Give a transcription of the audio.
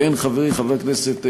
והן חברי חבר הכנסת רזבוזוב,